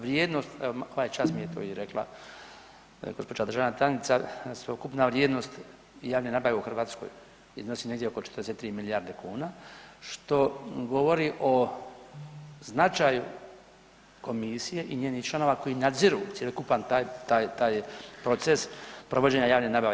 Vrijednost, evo ovaj čas mi je to i rekla gospođa državna tajnica sveukupna vrijednost javne nabave u Hrvatskoj iznosi negdje oko 43 milijarde kuna što govori o značaju komisije i njenih članova koji nadziru cjelokupan taj proces provođenja javne nabave.